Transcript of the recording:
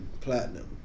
platinum